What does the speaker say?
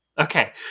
Okay